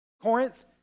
Corinth